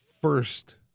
first